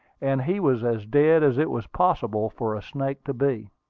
and he was as dead as it was possible for a snake to be.